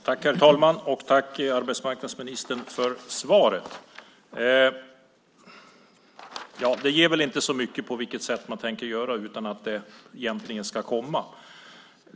Herr talman! Jag tackar arbetsmarknadsministern för svaret. Det ger väl inte så mycket om på vilket sätt man tänker göra detta utan att det egentligen ska komma.